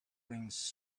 rings